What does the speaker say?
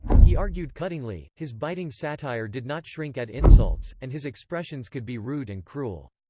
he argued cuttingly, his biting satire did not shrink at insults, and his expressions could be rude and cruel.